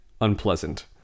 unpleasant